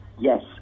yes